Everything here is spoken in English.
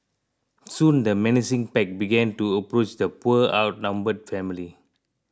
soon the menacing pack began to approach the poor outnumbered family